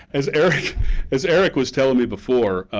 as eric as eric was telling me before,